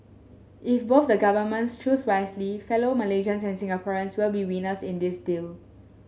if both the governments choose wisely fellow Malaysians and Singaporeans will be winners in this deal